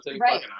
Right